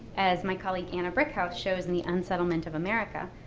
as my colleague anna brickhouse shows in the unsettlement of america,